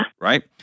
Right